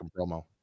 promo